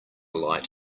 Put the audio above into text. light